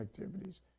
activities